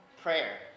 prayer